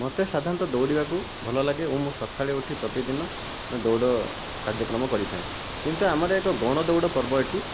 ମୋତେ ସାଧାରଣତଃ ଦୌଡ଼ିବାକୁ ଭଲଲାଗେ ଓ ମୁଁ ସଖାଳେ ଉଠି ପ୍ରତିଦିନ ଦୌଡ଼ କାର୍ଯ୍ୟକ୍ରମ କରିଥାଏ କିନ୍ତୁ ଆମର ଏକ ଗଣଦୌଡ଼ ପର୍ବ ଏଇଠି